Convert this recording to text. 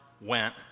went